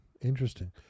Interesting